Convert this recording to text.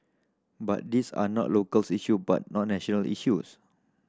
but these are not locals issue but national issues